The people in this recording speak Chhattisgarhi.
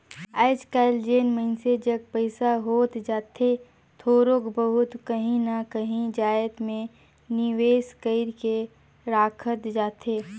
आएज काएल जेन मइनसे जग पइसा होत जाथे थोरोक बहुत काहीं ना काहीं जाएत में निवेस कइर के राखत जाथे